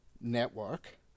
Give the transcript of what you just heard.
network